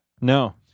No